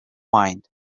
wind